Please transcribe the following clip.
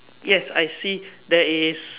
yes I see there is